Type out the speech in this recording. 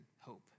hope